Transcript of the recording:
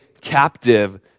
captive